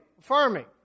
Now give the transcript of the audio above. farming